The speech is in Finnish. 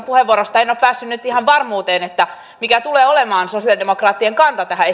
puheenvuorosta en ole päässyt nyt ihan varmuuteen mikä tulee olemaan sosiaalidemokraattien kanta tähän